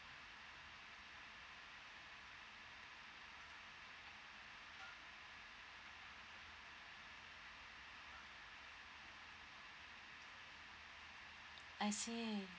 I see